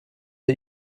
wir